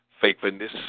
faithfulness